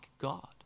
God